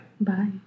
Bye